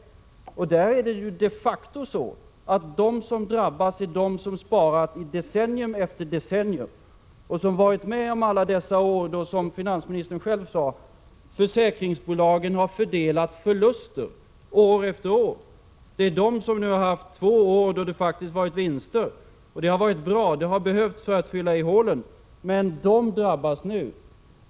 I fråga om dessa är det de facto så att de som drabbas är de människor som sparat i decennium efter decennium och som varit med under alla år då, vilket finansministern själv sade, försäkringsbolagen har fördelat förluster. Det är dessa människor som nu har haft två år då det faktiskt blivit vinster, vilket har varit bra — det har behövts för att fylla i hålen. Dessa människor drabbas nu.